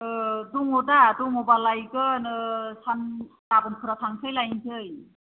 दङ दा दङबा लायगोन सान गाबोनफोराव थांनोसै लायनोसै